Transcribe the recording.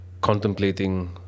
contemplating